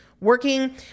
working